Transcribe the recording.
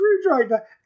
screwdriver